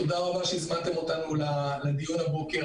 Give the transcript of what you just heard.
תודה רבה שהזמנתם אותנו לדיון הבוקר.